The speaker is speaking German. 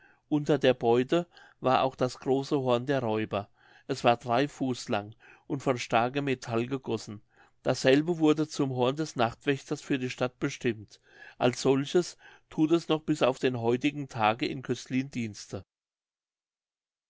unter der beute war auch das große horn der räuber es war drei fuß lang und von starkem metall gegossen dasselbe wurde zum horn des nachtwächters für die stadt bestimmt als solches thut es noch bis auf den heutigen tag in cöslin dienste